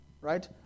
Right